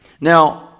Now